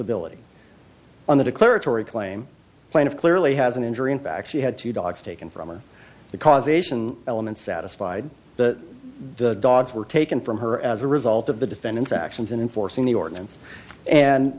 ability on the declaratory claim plain of clearly has an injury and back she had two dogs taken from the causation element satisfied that the dogs were taken from her as a result of the defendant's actions in enforcing the ordinance and